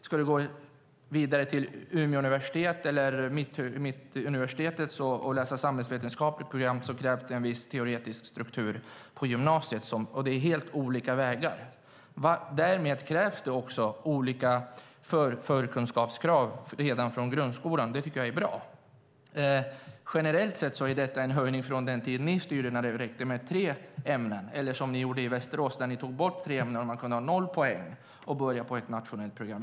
Ska du gå vidare till Umeå universitet eller till Mittuniversitetet och läsa på ett samhällsvetenskapligt program krävs det viss teoretisk struktur på gymnasiet - helt olika vägar. Därmed krävs det olika förkunskaper redan från grundskolan. Det tycker jag är bra. Generellt sett är det fråga om en höjning jämfört med då ni styrde och det räckte med tre ämnen eller jämfört med vad ni gjorde i Västerås när ni tog bort tre ämnen och man kunde ha 0 poäng och ändå börja på ett nationellt program.